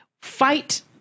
fight